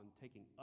taking